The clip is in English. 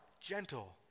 Gentle